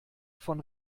von